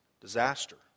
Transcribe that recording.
disaster